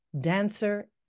dancer